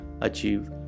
achieve